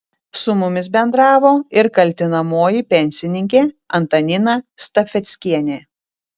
su mumis bendravo ir kaltinamoji pensininkė antanina stafeckienė